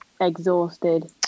exhausted